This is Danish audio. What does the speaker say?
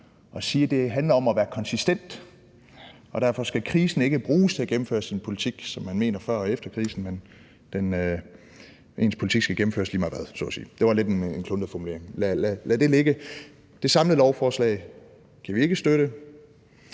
og sige, at det handler om at være konsistent, og derfor skal krisen ikke bruges til at gennemføre ens politik, som man mener før og efter krisen, men ens politik skal gennemføres lige meget hvad så at sige. Det var en lidt kluntet formulering, lad det ligge. Det samlede lovforslag kan vi ikke støtte.